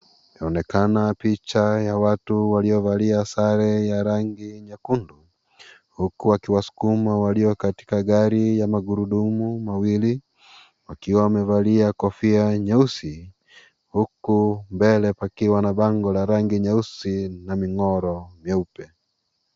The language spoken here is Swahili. Yaonekana picha ya watu waliovalia sare ya rangi nyekundu, huku wakiwaskuma walio katika gari ya magurudumu mawili, wakiwa wamevalia kofia nyeusi, huku mbele pakiwa na bango la rangi nyeusi na mingoro mieupe.